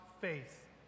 faith